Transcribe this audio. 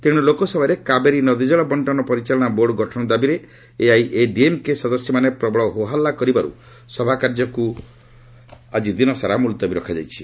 ତେଶେ ଲୋକସଭାରେ କାବେରୀ ନଦୀ ଜଳ ବଙ୍କନ ପରିଚାଳନା ବୋର୍ଡ଼ ଗଠନ ଦାବିରେ ଏଆଇଏଡିଏମ୍କେ ସଦସ୍ୟମାନେ ପ୍ରବଳ ହୋ ହଲ୍ଲା କରିବାରୁ ସଭାକାର୍ଯ୍ୟ ଆଦି ଦିନସାରା ମୁଲତବୀ ରଖାଯାଇଛି